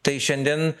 tai šiandien